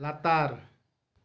ᱞᱟᱛᱟᱨ